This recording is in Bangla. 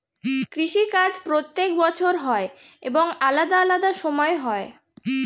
কৃষি কাজ প্রত্যেক বছর হয় এবং আলাদা আলাদা সময় হয়